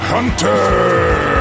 Hunter